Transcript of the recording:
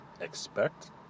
expect